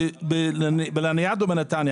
לניאדו בנתניה.